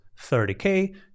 30k